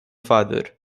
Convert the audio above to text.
father